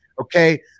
okay